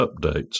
updates